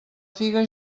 figa